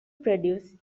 produce